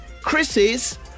Chris's